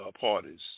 parties